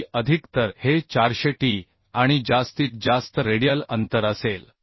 t अधिक तर हे 400 t आणि जास्तीत जास्त रेडियल अंतर असेल